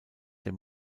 der